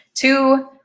two